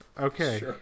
Okay